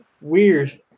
Weird